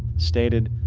stated.